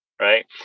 right